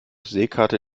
seekarte